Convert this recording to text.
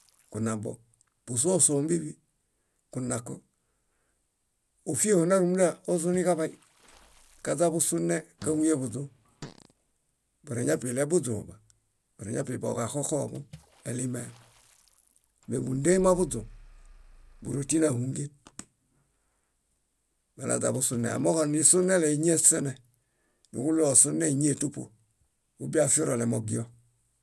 . Kunabo, busuosuo ómbiḃi, kunako. Ofieho húmunda naozuniġaḃa naźabusune káhuyẽḃuźũ. Boreñapi iɭebuźũḃa, boreñapi boġaxoxoḃom, elimem. Méḃundema buźũ, bórotinahungen balaźaḃusune. Amooġo nisunele éñi esene; nuġuɭiiosune éñietupo ubie afirolemogio.